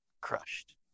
crushed